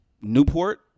Newport